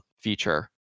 feature